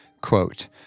quote